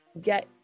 get